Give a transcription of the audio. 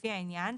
לפי העניין,